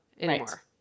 anymore